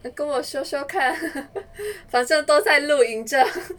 跟我说说看反正都在录音着